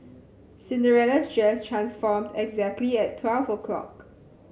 Cinderella's dress transformed exactly at twelve o'clock